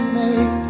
make